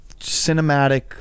cinematic